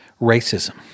racism